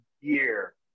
year